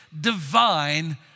divine